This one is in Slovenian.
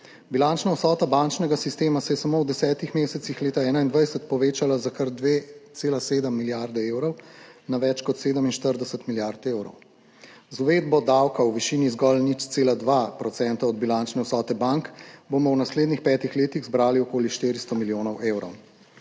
Bilančna vsota bančnega sistema se je samo v desetih mesecih leta 2021 povečala za kar 2,7 milijarde evrov, na več kot 47 milijard evrov. Z uvedbo davka v višini zgolj 0,2 % od bilančne vsote bank bomo v naslednjih petih letih zbrali okoli 400 milijonov evrov.